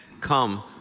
come